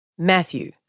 Matthew